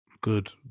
good